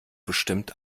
bestimmt